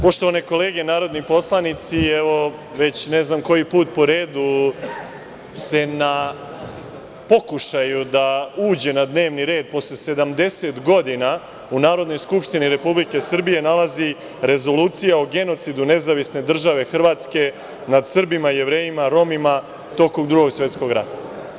Poštovane kolege narodni poslanici, ne znam već koji put po redu se na pokušaju da uđe na dnevni red posle 70 godina u Narodnoj skupštini Republike Srbije, nalazi Rezolucija o genocidu nezavisne države Hrvatske nad Srbima, Jevrejima, Romima tokom Drugog svetskog rata.